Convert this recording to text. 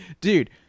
Dude